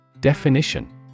Definition